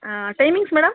um timings madam